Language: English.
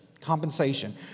Compensation